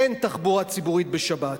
אין תחבורה ציבורית בשבת.